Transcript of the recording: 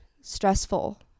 stressful